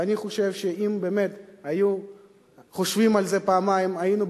ואני חושב שאם באמת היו חושבים על זה פעמיים היינו,